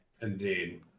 indeed